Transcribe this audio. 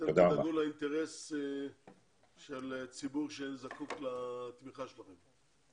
שאתם תדאגו לאינטרס של ציבור שזקוק לתמיכה שלכם.